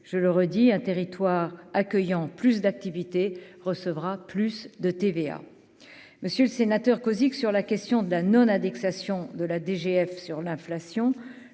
je le redis, un territoire accueillant plus d'activité recevra plus de TVA, monsieur le sénateur Cozic sur la question de la non-indexation de la DGF sur l'inflation,